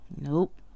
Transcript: Nope